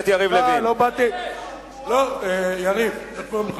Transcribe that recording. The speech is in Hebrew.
יריב, איך קוראים לך.